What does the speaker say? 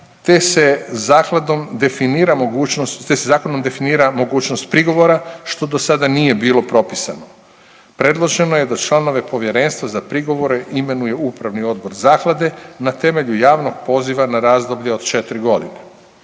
te se zakonom definira mogućnost prigovora, što dosada nije bilo propisano. Predloženo je da članove povjerenstva za prigovore imenuje upravni odbor zaklade na temelju javnog poziva na razdoblje od 4.g..